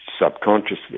subconsciously